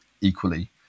equally